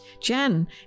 Jen